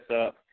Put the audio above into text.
up